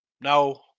No